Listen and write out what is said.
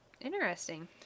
interesting